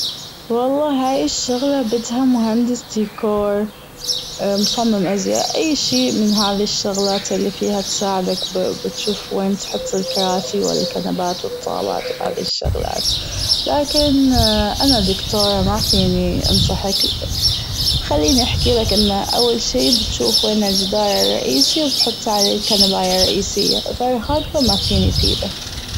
والله هي الشغلة بدها مهندس ديكور مصمم أزياء أي شي من هذي الشغلات اللي فيها تساعدك بتشوف وين تحط الكراسي والكنبات والطابات لكن انا دكتورة مافيني أنصحك خليني أحكيلك أنه أول شي بتشوف وين الجدار الرئيسي وبتحط عليه الكنباية الرئيسية غير هي مافيني فيدك.